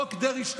חוק דרעי 2,